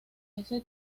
ese